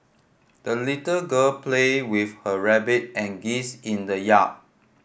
the little girl played with her rabbit and geese in the yard